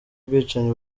ubwicanyi